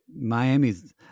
Miami's